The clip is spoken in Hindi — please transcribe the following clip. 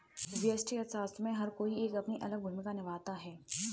व्यष्टि अर्थशास्त्र में हर कोई एक अपनी अलग भूमिका निभाता है